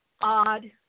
odd